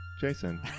Jason